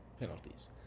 penalties